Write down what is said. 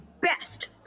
best